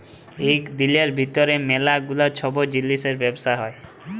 ইক দিলের ভিতর ম্যালা গিলা ছব জিলিসের ব্যবসা হ্যয়